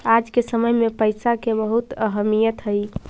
आज के समय में पईसा के बहुत अहमीयत हई